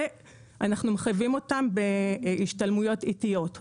ואנחנו מחייבים אותם בהשתלמויות עתיות.